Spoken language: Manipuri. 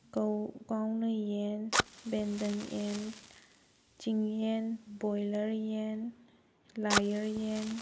ꯀꯥꯎꯅꯌꯦꯟ ꯕꯦꯟꯗꯟ ꯌꯦꯟ ꯆꯤꯡ ꯌꯦꯟ ꯕꯣꯏꯂꯔ ꯌꯦꯟ ꯂꯥꯏꯌꯔ ꯌꯦꯟ